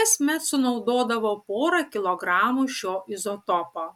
kasmet sunaudodavo porą kilogramų šio izotopo